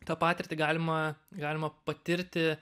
tą patirtį galima galima patirti